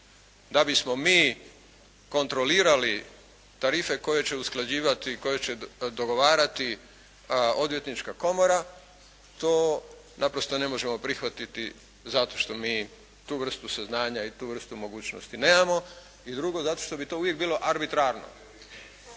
da bismo mi kontrolirali tarife koje će usklađivati, koje će dogovarati Odvjetnička komora, to naprosto ne možemo prihvatiti zato što mi tu vrstu saznanja i tu vrstu mogućnosti nemamo. I drugo, zato što bi to uvijek bilo arbitrarno.